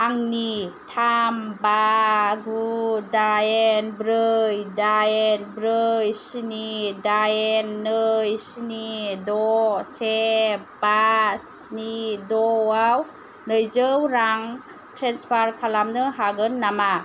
आंनि थाम बा गु दाइन ब्रै दाइन ब्रै स्नि दाइन नै स्नि द' से बा स्नि द' आव नैजौ रां ट्रेन्सफार खालामनो हागोन नामा